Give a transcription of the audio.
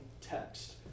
text